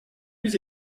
plus